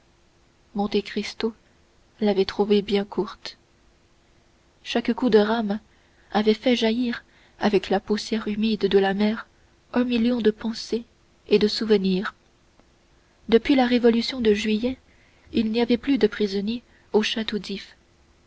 dantès monte cristo l'avait trouvée bien courte chaque coup de rame avait fait jaillir avec la poussière humide de la mer un million de pensées et de souvenirs depuis la révolution de juillet il n'y avait plus de prisonniers au château d'if